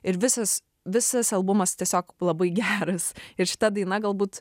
ir visas visas albumas tiesiog labai geras ir šita daina galbūt